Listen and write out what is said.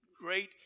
great